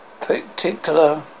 particular